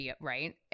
right